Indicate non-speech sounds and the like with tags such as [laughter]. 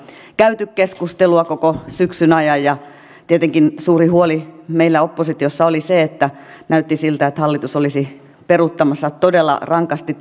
käyty keskustelua koko syksyn ajan tietenkin suuri huoli meillä oppositiossa oli se että näytti siltä että hallitus olisi peruuttamassa todella rankasti [unintelligible]